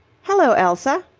hello, elsa.